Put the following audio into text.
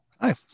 Hi